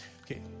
Okay